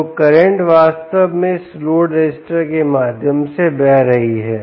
तो करंट वास्तव में इस लोड रजिस्टर के माध्यम से बह रही है